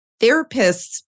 therapists